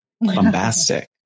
bombastic